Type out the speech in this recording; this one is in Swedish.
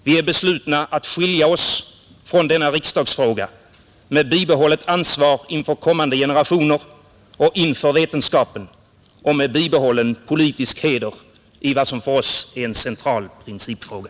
Vi är beslutna att skilja oss från denna riksdagsfråga med bibehållet ansvar inför kommande generationer och inför vetenskapen och med bibehållen politisk heder i vad som för oss är en central principfråga.